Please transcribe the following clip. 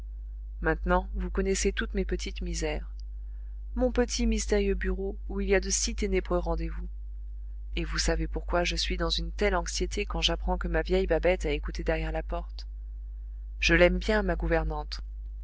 maintenant vous connaissez toutes mes petites misères mon petit mystérieux bureau où il y a de si ténébreux rendez-vous et vous savez pourquoi je suis dans une telle anxiété quand j'apprends que ma vieille babette a écouté derrière la porte je l'aime bien ma gouvernante